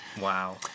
Wow